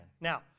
Now